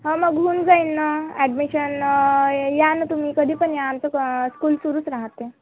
हां मग होऊन जाईन ना ॲडमिशन या ना तुम्ही कधी पण या आमचं क स्कूल सुरूच राहतं